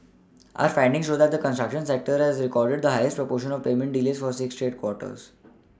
our findings show that the construction sector has recorded the highest proportion of payment delays for six straight quarters